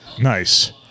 Nice